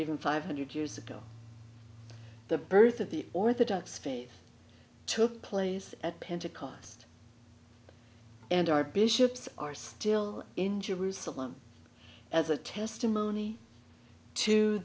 even five hundred years ago the birth of the orthodox faith took place at pentecost and our bishops are still in jerusalem as a testimony to